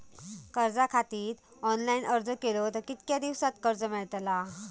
कर्जा खातीत ऑनलाईन अर्ज केलो तर कितक्या दिवसात कर्ज मेलतला?